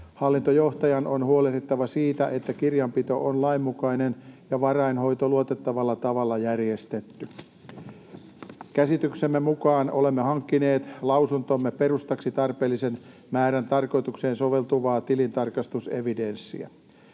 Hallintojohtajan on huolehdittava siitä, että kirjanpito on lainmukainen ja varainhoito luotettavalla tavalla järjestetty. Käsityksemme mukaan olemme hankkineet lausuntomme perustaksi tarpeellisen määrän tarkoitukseen soveltuvaa tilintarkastusevidenssiä.